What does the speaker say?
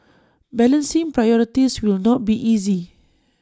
balancing priorities will not be easy